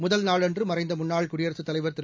முதல் நாளன்று மறைந்த முன்னாள் குடியரசுத் தலைவர் திரு